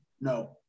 no